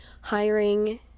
hiring